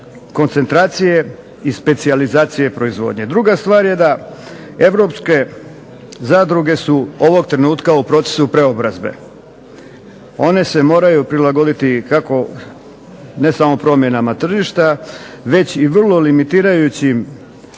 koncentracije i specijalizacije proizvodnje. Druga stvar je da europske zadruge su ovog trenutka u procesu preobrazbe. One se moraju prilagoditi kako ne samo promjenama tržišta već i vrlo limitirajućim